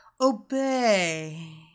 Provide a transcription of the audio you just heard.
Obey